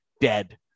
dead